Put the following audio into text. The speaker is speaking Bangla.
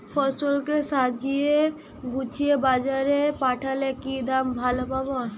ফসল কে সাজিয়ে গুছিয়ে বাজারে পাঠালে কি দাম ভালো পাব?